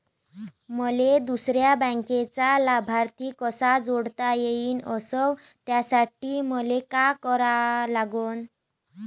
मले दुसऱ्या बँकेचा लाभार्थी कसा जोडता येईन, अस त्यासाठी मले का करा लागन?